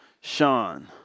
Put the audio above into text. Sean